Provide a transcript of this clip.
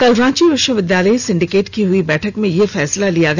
कल रांची विश्वविद्यालय सिंडिकेट की हई बैठक में यह फैसला लिया गया